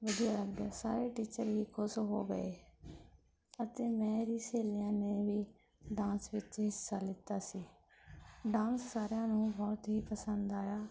ਵਧੀਆ ਲੱਗਿਆ ਸਾਰੇ ਟੀਚਰ ਹੀ ਖੁਸ਼ ਹੋ ਗਏ ਅਤੇ ਮੇਰੀ ਸਹੇਲੀਆਂ ਨੇ ਵੀ ਡਾਂਸ ਵਿਚ ਹਿੱਸਾ ਲਿਤਾ ਸੀ ਡਾਂਸ ਸਾਰਿਆਂ ਨੂੰ ਬਹੁਤ ਹੀ ਪਸੰਦ ਆਇਆ